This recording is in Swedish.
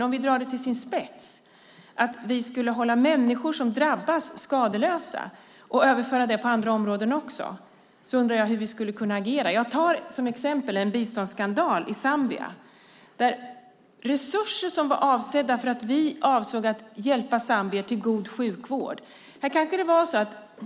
Om vi ställer det på sin spets och tänker oss att vi skulle hålla människor som drabbas skadeslösa och överföra det också till andra områden undrar jag hur vi skulle kunna agera. Jag tar som exempel en biståndsskandal i Zambia med resurser som var avsedda att hjälpa zambier till god sjukvård.